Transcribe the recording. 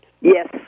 Yes